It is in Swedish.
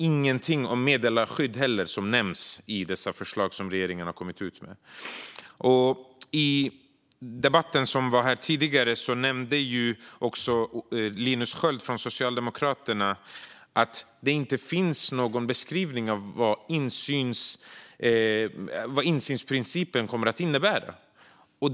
Inte heller nämns något om meddelarskyddet i regeringens förslag. Socialdemokraternas Linus Sköld nämnde att det saknas en beskrivning av vad insynsprincipen kommer att innebära.